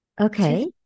Okay